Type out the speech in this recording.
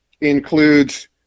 includes